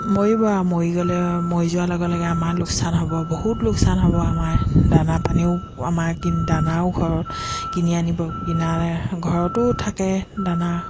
মৰিব আৰু মৰি গ'লে মৰি যোৱাৰ লগে লগে আমাৰ লোকচান হ'ব বহুত লোকচান হ'ব আমাৰ দানা পানীও আমাৰ দানাও ঘৰত কিনি আনিব কিনাৰ ঘৰতো থাকে দানা